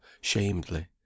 shamedly